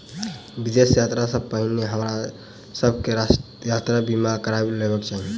विदेश यात्रा सॅ पहिने हमरा सभ के यात्रा बीमा करबा लेबाक चाही